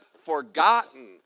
forgotten